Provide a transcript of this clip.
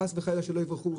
חס וחלילה שלא יברחו.